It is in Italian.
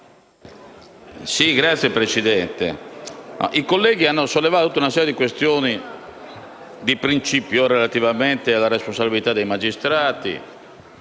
Signora Presidente, i colleghi hanno sollevato una serie di questioni di principio relativamente alla responsabilità dei magistrati